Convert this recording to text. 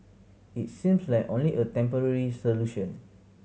it seems like only a temporary solution